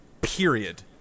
Period